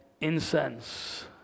incense